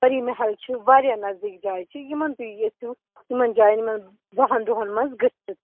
پری محل چھِ واریاہ نزدیٖک جایہِ چھِ یِمَن تُہۍ ییٚژھِو یِمَن جایَن منٛز دہَن دۄہَن منٛز گٔژھتھ